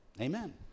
Amen